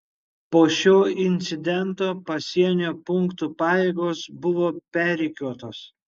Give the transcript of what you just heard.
po šio incidento pasienio punktų pajėgos buvo perrikiuotos